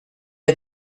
had